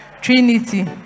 Trinity